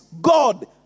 God